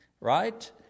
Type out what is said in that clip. right